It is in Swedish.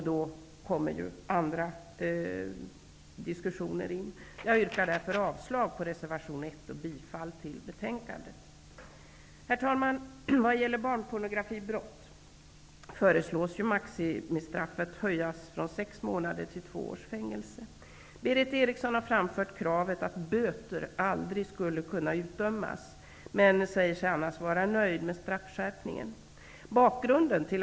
Då kommer ju andra diskussioner in. Jag yrkar därför avslag på reservation 1 och bifall till utskottets hemställan. Herr talman! Vad gäller barnpornografibrott föreslås maximistraffet höjt från sex månaders till två års fängelse. Berith Eriksson har framfört kravet att böter aldrig skall kunna utdömas men säger sig annars vara nöjd med straffskärpningen.